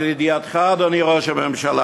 אז לידיעתך, אדוני ראש הממשלה,